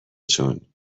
جون